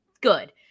good